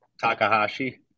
Takahashi